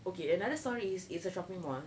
okay another story is it's a shopping mall